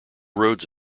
roads